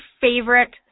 favorite